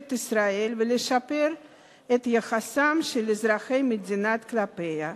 ישראל ולשפר את יחסם של אזרחי המדינה כלפיה.